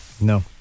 no